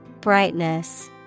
Brightness